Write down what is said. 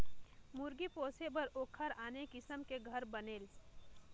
मुरगी पोसे बर ओखर आने किसम के घर बनेल